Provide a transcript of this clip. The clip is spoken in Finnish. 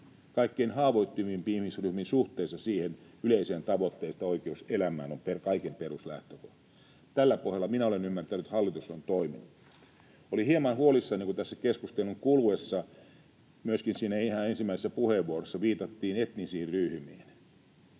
kaikkein haavoittuvimpiin ihmisryhmiin suhteessa siihen yleiseen tavoitteeseen, että oikeus elämään on kaiken peruslähtökohta. Minä olen ymmärtänyt, että tällä pohjalla hallitus on toiminut. Olin hieman huolissani, kun tässä keskustelun kuluessa, myöskin siinä ihan ensimmäisessä puheenvuorossa, viitattiin etnisiin ryhmiin.